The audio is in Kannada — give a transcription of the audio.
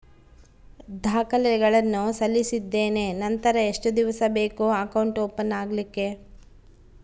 ದಾಖಲೆಗಳನ್ನು ಸಲ್ಲಿಸಿದ್ದೇನೆ ನಂತರ ಎಷ್ಟು ದಿವಸ ಬೇಕು ಅಕೌಂಟ್ ಓಪನ್ ಆಗಲಿಕ್ಕೆ?